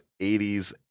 80s